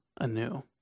anew